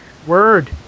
word